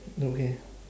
okay